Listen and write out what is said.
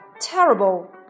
terrible